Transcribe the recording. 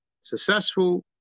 Successful